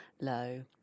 low